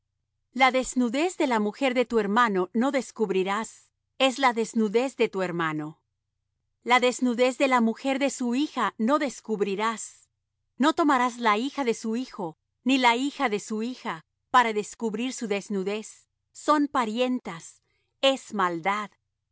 la desnudez de la mujer de tu hermano no descubrirás es la desnudez de tu hermano la desnudez de la mujer y de su hija no descubrirás no tomarás la hija de su hijo ni la hija de su hija para descubrir su desnudez son parientas es maldad